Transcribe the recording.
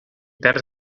terç